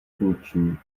funkční